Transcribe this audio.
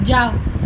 જાવ